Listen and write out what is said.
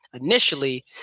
initially